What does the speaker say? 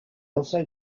also